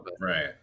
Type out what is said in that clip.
right